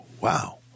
wow